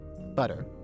butter